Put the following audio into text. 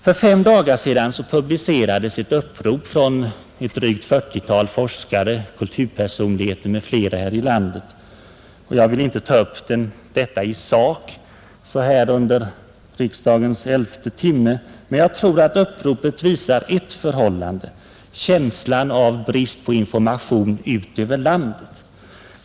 För fem dagar sedan publicerades ett upprop från ett drygt 40-tal forskare, kulturpersonligheter m.fl. här i landet. Jag vill inte ta upp detta i sak nu under vårriksdagens elfte timme, men jag tror att uppropet visar ett. förhållande: känslan av brist på information ut över landet.